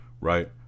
right